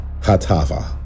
Hatava